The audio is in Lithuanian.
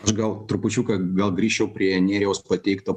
aš gal trupučiuką gal grįžčiau prie nerijaus pateikto